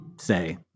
say